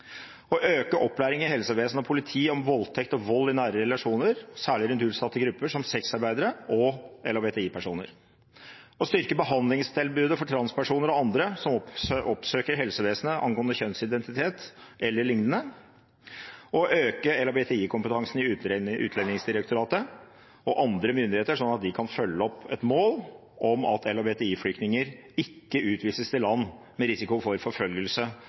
å øke opplæring i helsevesen og politi om voldtekt og vold i nære relasjoner, særlig rundt utsatte grupper som sexarbeidere og LHBTI-personer å styrke behandlingstilbudet for transpersoner og andre som oppsøker helsevesenet angående kjønnsidentitet eller lignende å øke LHBTI-kompetansen i Utlendingsdirektoratet og hos andre myndigheter, slik at de kan følge opp et mål om at LHBTI-flyktninger ikke utvises til land med risiko for forfølgelse